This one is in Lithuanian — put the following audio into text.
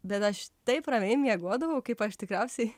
bet aš taip ramiai miegodavau kaip aš tikriausiai